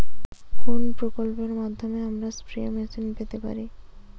কোন প্রকল্পের মাধ্যমে আমরা স্প্রে মেশিন পেতে পারি?